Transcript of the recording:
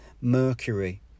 mercury